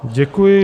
Děkuji.